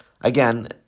again